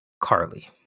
Carly